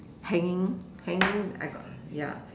hanging hanging I got ya